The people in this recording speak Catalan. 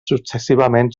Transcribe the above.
successivament